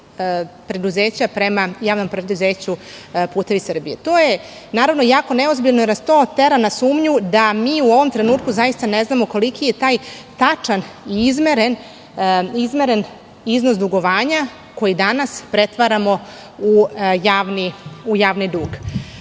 preduzeća prema JP "Putevi Srbije". To je jako neozbiljno, jer nas to tera na sumnju da mi u ovom trenutku ne znamo koliki je taj tačan i izmeren iznos dugovanja koji danas pretvaramo u javni dug. Nije